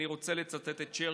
אני רוצה לצטט את צ'רצ'יל,